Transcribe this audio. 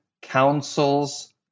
counsels